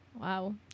Wow